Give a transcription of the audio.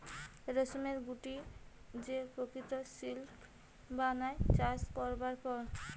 রেশমের গুটি যে প্রকৃত সিল্ক বানায় চাষ করবার পর